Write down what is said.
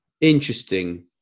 interesting